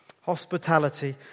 Hospitality